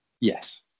Yes